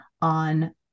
on